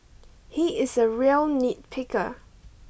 he is a real nitpicker